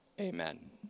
Amen